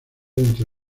entre